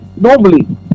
normally